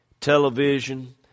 television